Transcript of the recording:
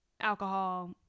alcohol